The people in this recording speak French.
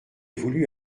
voulu